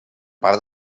part